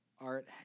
Art